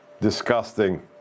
disgusting